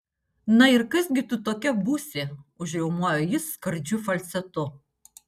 na ir kas gi tu tokia būsi užriaumojo jis skardžiu falcetu